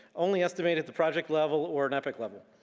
only estimate at the project level or an epic level.